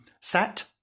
sat